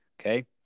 Okay